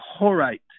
Horite